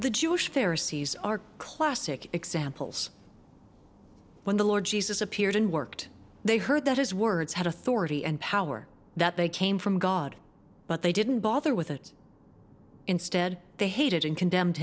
heresies are classic examples when the lord jesus appeared and worked they heard that his words had authority and power that they came from god but they didn't bother with it instead they hated and condemned